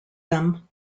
them